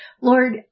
Lord